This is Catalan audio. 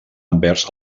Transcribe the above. envers